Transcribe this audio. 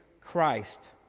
Christ